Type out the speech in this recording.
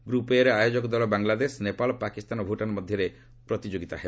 group ଏ'ରେ ଆୟୋଜକ ଦଳ ବାଂଲାଦେଶ ନେପାଳ ପାକିସ୍ତାନ ଓ ଭୁଟାନ୍ ମଧ୍ୟରେ ପ୍ରତିଯୋଗିତା ହେବ